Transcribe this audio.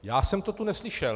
Já jsem to tu neslyšel.